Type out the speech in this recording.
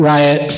Riot